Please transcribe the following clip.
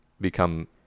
become